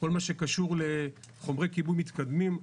כל מה שקשור לחומרי כיבוי מתקדמים.